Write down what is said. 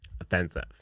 Offensive